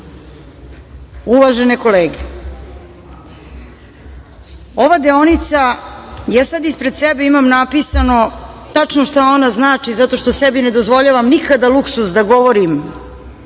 više. Uvažene kolege, ova deonica… Ja ispred sebe imam napisano tačno šta ona znači zato što sebi ne dozvoljavam nikad da luksuz govorim